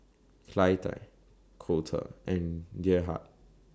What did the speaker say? Clytie Colter and Gerhard